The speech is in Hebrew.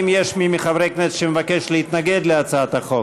האם יש מי מחברי הכנסת שמבקש להתנגד להצעת החוק?